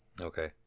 Okay